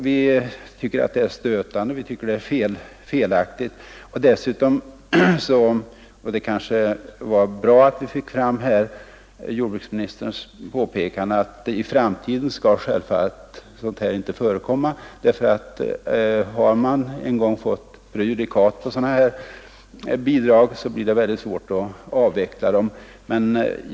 Vi anser att det är stötande och felaktigt. Det kanske var bra att jordbruksministern påpekade att sådant inte skall få förekomma i framtiden — finns det prejudikat på sådana bidrag, blir det svårt att avveckla dem.